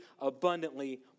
abundantly